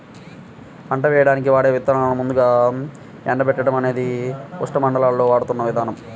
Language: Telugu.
పంట వేయడానికి వాడే విత్తనాలను ముందుగా ఎండబెట్టడం అనేది ఉష్ణమండలాల్లో వాడుతున్న విధానం